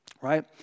right